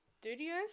Studios